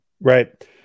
Right